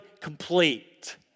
complete